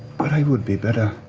but i would be better